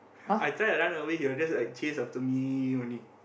I try and run away he will just like chase after me only